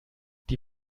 die